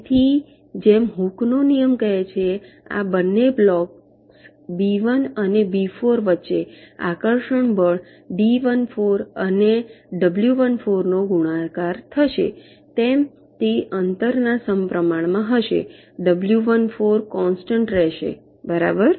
તેથી જેમ હૂકનો નિયમ Hooke's law કહે છે આ બંને બ્લોક્સ બી 1 અને બી 4 વચ્ચે આકર્ષણ બળ ડી 14 અને ડબલ્યુ 14 નો ગુણાકાર થશે તેમ તે અંતરના સમપ્રમાણ હશે ડબલ્યુ 14 કોન્સ્ટન્ટ રહેશે બરાબર